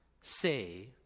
say